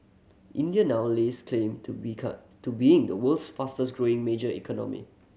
India now lays claim to become to being the world's fastest growing major economy